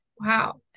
wow